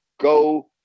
go